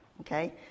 Okay